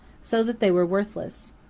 so that they were worthless.